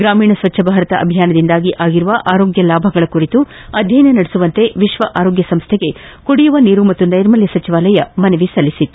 ಗ್ರಾಮೀಣ ಸ್ವಚ್ಚ ಭಾರತ ಅಭಿಯಾನದಿಂದಾಗಿ ಆಗಿರುವ ಆರೋಗ್ಯ ಲಾಭಗಳ ಕುರಿತು ಅಧ್ವಯನ ನಡೆಸುವಂತೆ ವಿಶ್ವ ಆರೋಗ್ಯ ಸಂಸ್ಥೆಗೆ ಕುಡಿಯುವ ನೀರು ಮತ್ತು ನೈರ್ಮಲ್ಲ ಸಚಿವಾಲಯ ಮನವಿ ಸಲ್ಲಿಸಿತ್ತು